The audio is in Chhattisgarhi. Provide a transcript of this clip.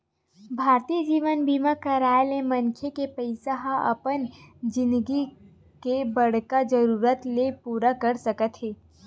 भारतीय जीवन बीमा कराय ले मनखे के पइसा ह अपन जिनगी के बड़का जरूरत ल पूरा कर सकत हे